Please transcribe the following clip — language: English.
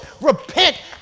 Repent